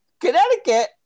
Connecticut